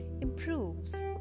Improves